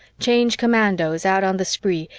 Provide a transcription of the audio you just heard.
change commandos out on the spree,